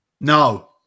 No